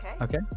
Okay